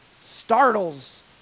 startles